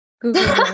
Google